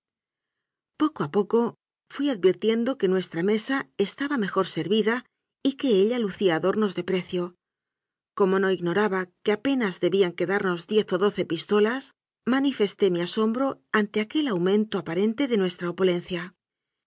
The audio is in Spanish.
poco a poco fui advirtiendo que nuestra mesa estaba mejor servida y que ella lucía adornos de precio como no ignoraba que apenas debían quedamos diez o doce pistolas ma nifesté mi asombro ante aquel aumento aparente de nuestra opulencia